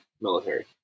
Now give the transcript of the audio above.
military